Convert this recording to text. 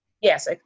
yes